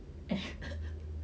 eh